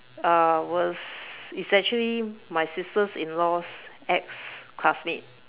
uh was is actually my sister's in law's ex classmate